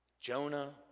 jonah